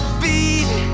beat